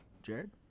Jared